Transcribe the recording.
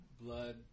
blood